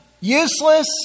useless